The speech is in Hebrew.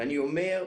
אני אומר,